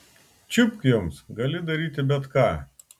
čiupk joms gali daryti bet ką